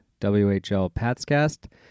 WHLPatsCast